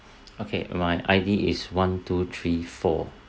okay my I_D is one two three four